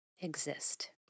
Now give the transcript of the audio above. exist